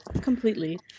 Completely